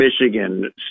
Michigan